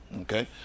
Okay